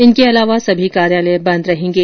इनके अलावा सभी कार्यालय बन्द रहेंगे